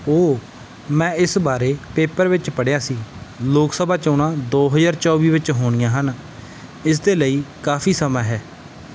ਓ ਮੈਂ ਇਸ ਬਾਰੇ ਪੇਪਰ ਵਿੱਚ ਪੜ੍ਹਿਆ ਸੀ ਲੋਕ ਸਭਾ ਚੋਣਾਂ ਦੋ ਹਜ਼ਾਰ ਚੌਵੀ ਵਿੱਚ ਹੋਣੀਆਂ ਹਨ ਇਸਦੇ ਲਈ ਕਾਫ਼ੀ ਸਮਾਂ ਹੈ